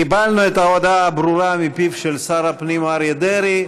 קיבלנו את ההודעה הברורה מפיו של שר הפנים אריה דרעי.